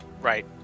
Right